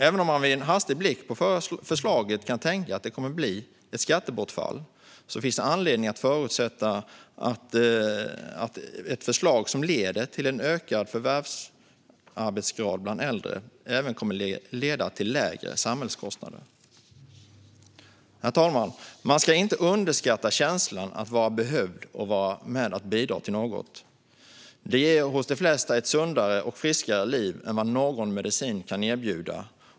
Även om man vid en hastig blick på förslaget kan tänka att det kommer att bli ett skattebortfall finns det anledning att förutsätta att ett förslag som leder till en ökad förvärvsarbetsgrad bland äldre även kommer att leda till lägre samhällskostnader. Herr talman! Man ska inte underskatta känslan av att vara behövd och kunna vara med och bidra till något. Det ger hos de flesta ett sundare och friskare liv än vad någon medicin kan erbjuda.